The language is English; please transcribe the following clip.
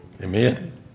Amen